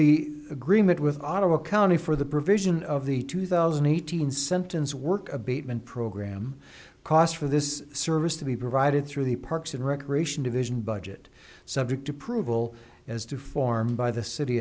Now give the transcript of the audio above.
the agreement with audible county for the provision of the two thousand eight hundred sentence work abatement program cost for this service to be provided through the parks and recreation division budget subject approval as to form by the city